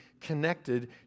connected